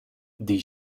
die